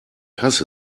hasse